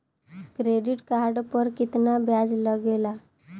Credit card पर कितना ब्याज लगेला?